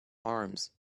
arms